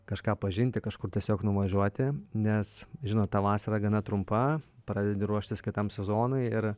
kažką pažinti kažkur tiesiog nuvažiuoti nes žinot ta vasara gana trumpa pradedi ruoštis kitam sezonui ir